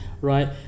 right